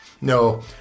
No